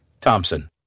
Thompson